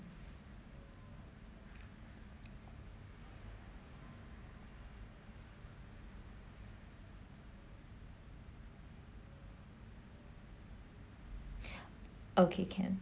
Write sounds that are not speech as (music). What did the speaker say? (breath) okay can